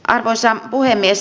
arvoisa puhemies